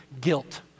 guilt